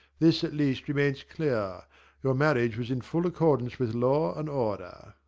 this, at least, remains clear your marriage was in full accordance with law and order.